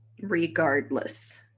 Regardless